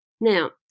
Now